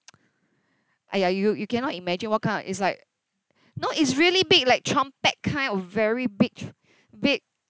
!aiya! you you cannot imagine what kind of it's like no it's really big like trumpet kind of very big big